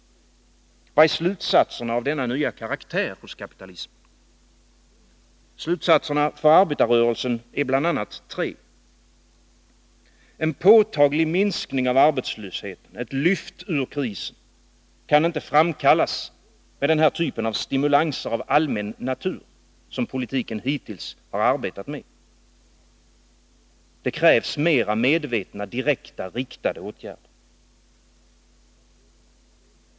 Vad är slutsatserna av denna nya karaktär hos kapitalismen? Slutsatserna för arbetarrörelsen är bl.a. tre: En påtaglig minskning av arbetslösheten, ett lyft ur krisen, kan inte framkallas med den här typen av stimulanser av allmän natur som politiken hittills har arbetat med. Det krävs mer medvetna, direkta, riktade åtgärder.